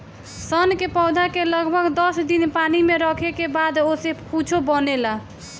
सन के पौधा के लगभग दस दिन पानी में रखले के बाद ओसे कुछू बनेला